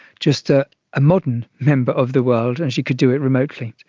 just ah a modern member of the world and she could do it remotely.